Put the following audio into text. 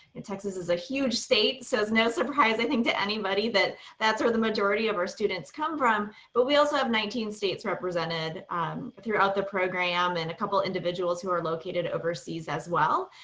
and texas is a huge state. it's no surprise i think to anybody that that's where the majority of our students come from. but we also have nineteen states represented throughout the program. and a couple of individuals who are located overseas as well.